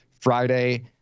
Friday